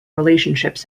relationships